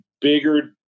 bigger